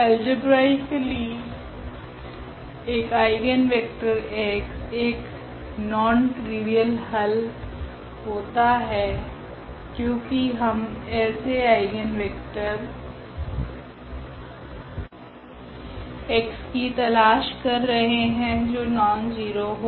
algebraically एक eigenvector x एक non trivial हल होता है क्योकि हम ऐसे आइगनवेक्टर x की तलाश कर रहे है जो नॉनज़ीरो हो